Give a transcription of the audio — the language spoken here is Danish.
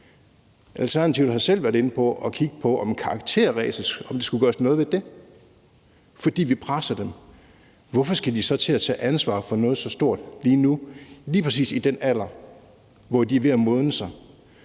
Alternativet har selv været inde at kigge på, om der skulle gøres noget ved karakterræset, fordi vi presser dem. Hvorfor skal de så til at tage ansvar for noget så stort lige nu, lige præcis i den alder, hvor de er ved at modnes?